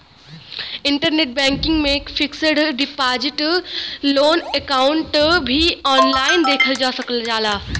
internet banking में fixed deposit loan account भी online देखल जा सकल जाला